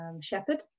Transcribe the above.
shepherd